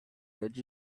touched